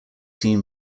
team